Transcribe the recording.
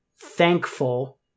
thankful